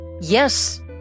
Yes